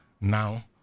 Now